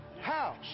house